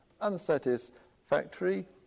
unsatisfactory